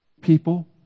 people